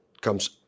comes